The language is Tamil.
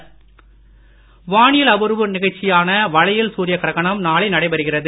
கிரகணம் வானியல் அபூர்வ நிகழ்ச்சியான வளையல் சூரிய கிரகணம் நாளை நடைபெறுகிறது